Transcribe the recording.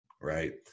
right